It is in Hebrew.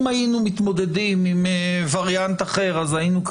אם היינו מתמודדים עם וריאנט אחר אז היינו,